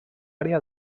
àrea